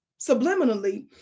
subliminally